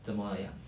怎么样